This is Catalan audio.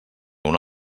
una